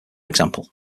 example